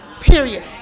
Period